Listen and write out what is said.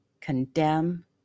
condemn